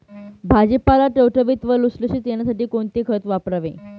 भाजीपाला टवटवीत व लुसलुशीत येण्यासाठी कोणते खत वापरावे?